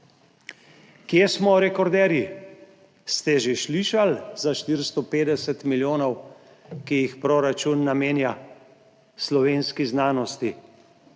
Kje smo rekorderji? Ste že slišali za, 450 milijonov, ki jih proračun namenja slovenski znanosti?